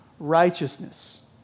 Righteousness